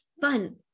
fun